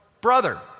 brother